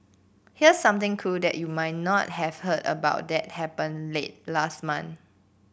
here's something cool that you might not have heard about that happened late last month